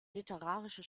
literarisches